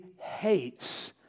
hates